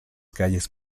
calles